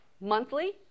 monthly